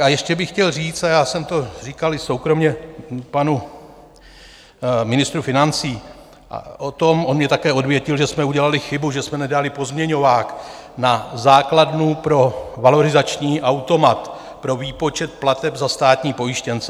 A ještě bych chtěl říct a já jsem to říkal soukromě i panu ministru financí on mně také odvětil, že jsme udělali chybu, že jsme nedali pozměňovák na základnu pro valorizační automat pro výpočet plateb za státní pojištěnce.